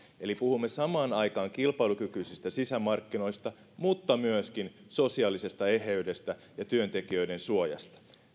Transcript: eli puhumme samaan aikaan kilpailukykyisistä sisämarkkinoista mutta myöskin sosiaalisesta eheydestä ja työntekijöiden suojasta